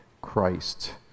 Christ